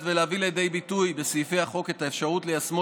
ולהביא לידי ביטוי בסעיפי החוק את האפשרות ליישמו